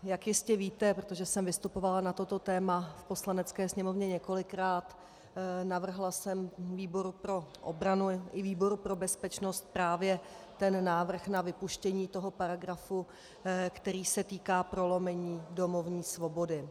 Jak jistě víte, protože jsem vystupovala na toto téma v Poslanecké sněmovně několikrát, navrhla jsem výboru pro obranu i výboru pro bezpečnost právě návrh na vypuštění toho paragrafu, který se týká prolomení domovní svobody.